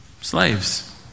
slaves